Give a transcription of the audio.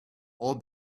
all